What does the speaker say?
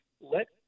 let